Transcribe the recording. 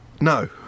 no